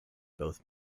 both